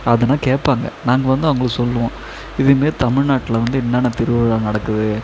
அதுலா கேட்பாங்க நாங்கள் வந்து அவங்களுக்கு சொல்வோம் இதுமாரி தமிழ்நாட்டில் வந்து என்னென்ன திருவிழா நடக்குது